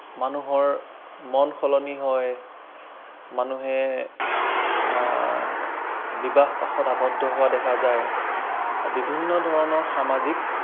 মানুহৰ মন সলনি হয় মানুহে বিবাহ পাশত আৱদ্ধ হোৱা দেখা যায় বিভিন্ন ধৰণৰ সামাজিক